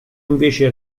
invece